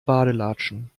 badelatschen